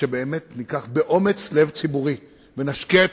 שבאמת ננהג באומץ לב ציבורי ונשקיע את